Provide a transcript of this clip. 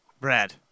Brad